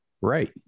Right